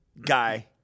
guy